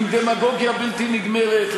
עם דמגוגיה בלתי נגמרת,